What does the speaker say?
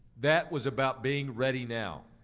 that was about being ready now.